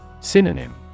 Synonym